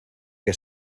que